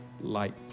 light